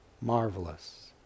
Marvelous